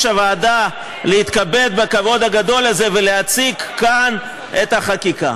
הוועדה להתכבד בכבוד הגדול הזה ולהציג כאן את החקיקה.